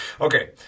Okay